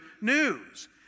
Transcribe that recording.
news